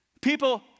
people